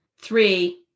three